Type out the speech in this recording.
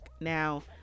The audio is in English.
Now